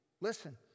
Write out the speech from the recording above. listen